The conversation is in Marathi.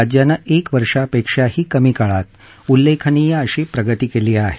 राज्यानं एक वर्षांपेक्षाही कमी काळात उल्लेखनीय प्रगती केली आहे